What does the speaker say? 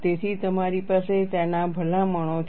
તેથી તમારી પાસે તેના માટે ભલામણો છે